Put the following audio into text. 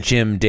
Jim